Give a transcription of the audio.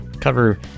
Cover